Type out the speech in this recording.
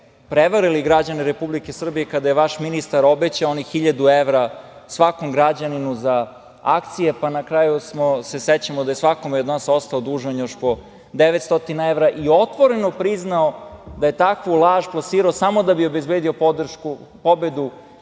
prevarili građane Republike Srbije kada je vaš ministar obećao onih hiljadu evra svakom građaninu za akcije, pa na kraju se sećamo da je svakome od nas ostao dužan još po 900 evra i otvoreno priznao da je takvu laž plasirao samo da bi obezbedio pobedu